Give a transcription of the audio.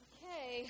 Okay